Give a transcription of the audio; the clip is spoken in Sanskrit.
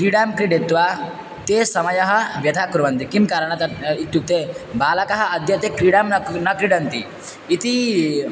क्रीडां क्रीडित्वा ते समयः व्यर्थं कुर्वन्ति किं कारणं तत् इत्युक्ते बालकः अद्यते क्रीडां न न क्रीडन्ति इति